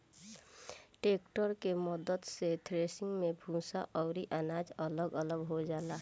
tractor के मद्दत से थ्रेसिंग मे भूसा अउरी अनाज अलग अलग हो जाला